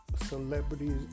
celebrities